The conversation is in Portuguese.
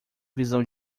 visão